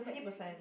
fifty percent